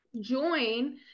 join